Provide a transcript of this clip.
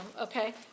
okay